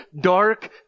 dark